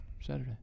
Saturday